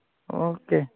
okay